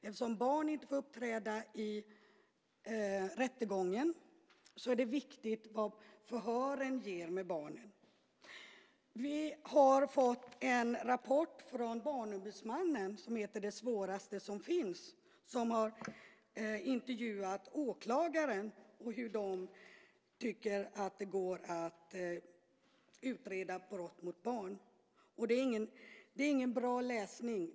Eftersom barn inte får uppträda i rättegången är det viktigt vad förhören med barnen ger. Vi har fått en rapport från Barnombudsmannen som heter Det svåraste som finns. Där har man intervjuat åklagare och tagit reda på hur de tycker att det går att utreda ett brott mot barn. Det är ingen bra läsning.